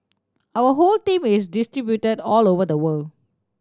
our whole team is distributed all over the world